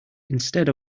instead